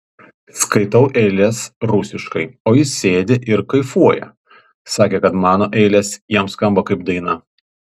skaitau eiles rusiškai o jis sėdi ir kaifuoja sakė kad mano eilės jam skamba kaip daina